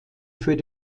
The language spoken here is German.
für